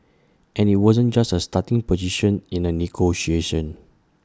and IT wasn't just A starting position in A negotiation